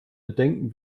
bedenken